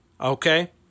Okay